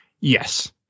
yes